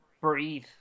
breathe